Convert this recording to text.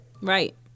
Right